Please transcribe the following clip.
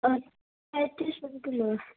پینتیس روپیے کلو ہے